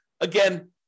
Again